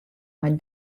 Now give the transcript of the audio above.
mei